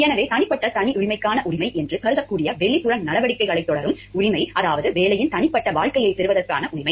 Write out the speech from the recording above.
எனவே தனிப்பட்ட தனியுரிமைக்கான உரிமை என்று கருதக்கூடிய வெளிப்புற நடவடிக்கைகளைத் தொடரும் உரிமை அதாவது வேலையின் தனிப்பட்ட வாழ்க்கையைப் பெறுவதற்கான உரிமை